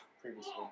previously